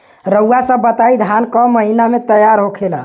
रउआ सभ बताई धान क महीना में तैयार होखेला?